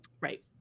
Right